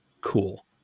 cool